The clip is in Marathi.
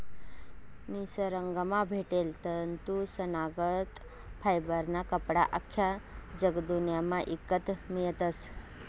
निसरगंमा भेटेल तंतूसनागत फायबरना कपडा आख्खा जगदुन्यामा ईकत मियतस